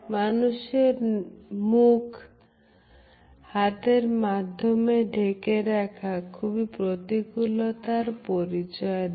মানুষের মুখ হাতের মাধ্যমে ঢেকে রাখা খুবই প্রতিকূলতার পরিচয় দেয়